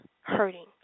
hurting